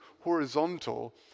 horizontal